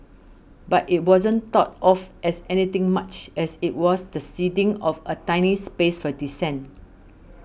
but it wasn't thought of as anything much as it was the ceding of a tiny space for dissent